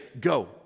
Go